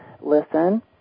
Listen